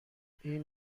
این